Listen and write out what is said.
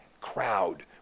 crowd